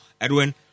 Edwin